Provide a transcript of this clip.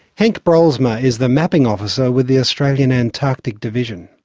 henk brolsma is the mapping officer with the australian antarctic division.